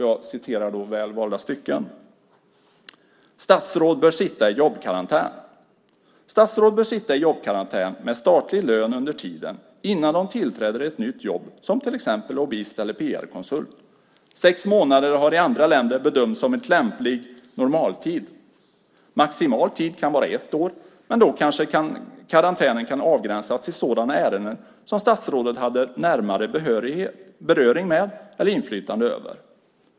Jag citerar väl valda stycken: "Statsråd bör sitta i jobbkarantän .- med statlig lön under tiden - innan de tillträder ett nytt jobb som t ex lobbyist eller pr-konsult. Sex månader har i andra länder bedömts som en lämplig normaltid. Maximal tid kan vara ett år, men då kanske karantänen kan avgränsas till sådana ärenden som statsrådet hade närmare beröring med, eller inflytande över.